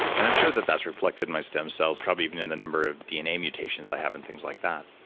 and i'm sure that that's reflected in my stem cells probably even in the number of dna mutations i have and things like that.